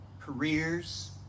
careers